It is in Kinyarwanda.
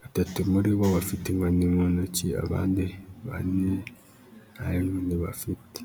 batatu muri bo bafite inkoni mu ntoki, abandi bane nta nkoni bafite.